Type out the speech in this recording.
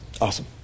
Awesome